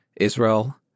Israel